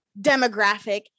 demographic